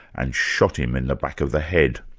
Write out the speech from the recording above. and shot him in the back of the head.